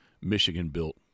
Michigan-built